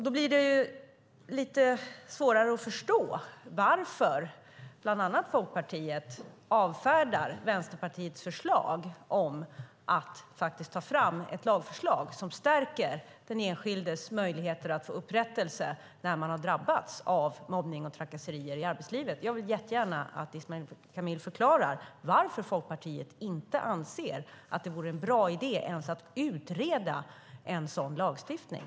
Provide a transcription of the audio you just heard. Då blir det lite svårare att förstå varför bland annat Folkpartiet avfärdar Vänsterpartiets förslag om att ta fram ett lagförslag som stärker den enskildes möjligheter att få upprättelse när man har drabbats av mobbning och trakasserier i arbetslivet. Jag vill gärna att Ismail Kamil förklarar varför Folkpartiet inte anser att det vore en bra idé ens att utreda en sådan lagstiftning.